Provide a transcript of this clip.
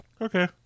okay